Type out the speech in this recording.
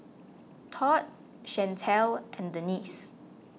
Todd Chantel and Denice